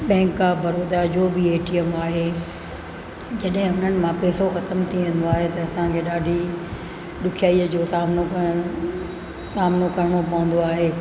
bank of Baroda जो बि A T M आहे जॾहिं हुननि मां पेसो ख़तमु थी वेंदो आहे त असांखे ॾाढी ॾुखियाई जो सामनो करिणो सामनो करिणो पवंदो आहे